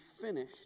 finished